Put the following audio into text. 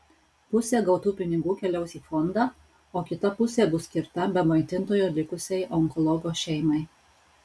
pusė gautų pinigų keliaus į fondą o kita pusė bus skirta be maitintojo likusiai onkologo šeimai